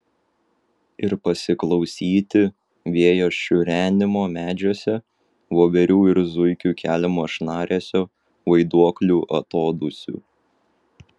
ir pasiklausyti vėjo šiurenimo medžiuose voverių ir zuikių keliamo šnaresio vaiduoklių atodūsių